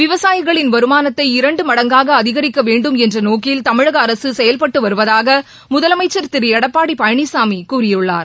விவசாயிகளின் வருமானத்தை இரண்டு மடங்காக அதிகரிக்க வேண்டும் என்ற நோக்கில் தமிழக அரசு செயல்பட்டு வருவதாக முதலமைச்சர்திரு எடப்பாடி பழனிசாமி கூறியுள்ளார்